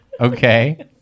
Okay